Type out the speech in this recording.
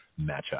matchup